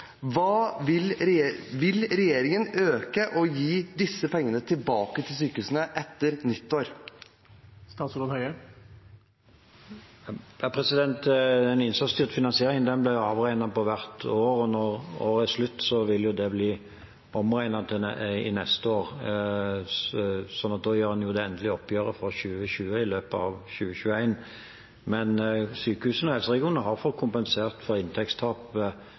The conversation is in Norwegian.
Vil regjeringen øke dette og gi disse pengene tilbake til sykehusene etter nyttår? Den innsatsstyrte finansieringen blir avregnet hvert år, og når året er slutt, vil det bli omregnet neste år, sånn at en gjør det endelige oppgjøret for 2020 i løpet av 2021. Sykehusene og helseregionene har fått kompensert for